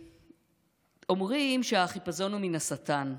אומרים שהחיפזון הוא מן השטן.